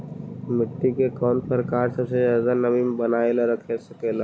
मिट्टी के कौन प्रकार सबसे जादा नमी बनाएल रख सकेला?